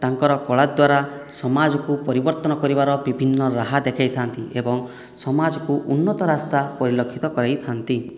ତାଙ୍କର କଳା ଦ୍ଵାରା ସମାଜକୁ ପରିବର୍ତ୍ତନ କରିବାର ବିଭିନ୍ନ ରାହା ଦେଖାଇଥାନ୍ତି ଏବଂ ସମାଜକୁ ଉନ୍ନତ ରାସ୍ତା ପରିଲକ୍ଷିତ କରାଇଥାନ୍ତି